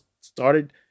started